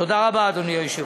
תודה רבה, אדוני היושב-ראש.